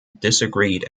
disagreed